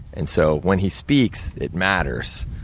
and so, when he speaks, it matters.